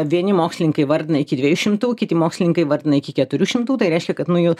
vieni mokslininkai įvardina iki dviejų šimtų kiti mokslininkai įvardina iki keturių šimtų tai reiškia kad nu jų